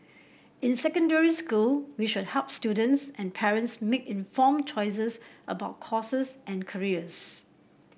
in secondary school we should help students and parents make informed choices about courses and careers